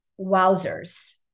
wowzers